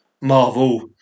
Marvel